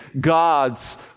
God's